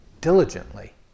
diligently